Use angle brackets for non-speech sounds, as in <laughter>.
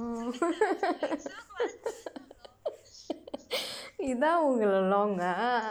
<laughs> இதான் உங்களோட:ithaan ungkalooda long ah